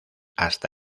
hasta